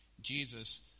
Jesus